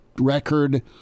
record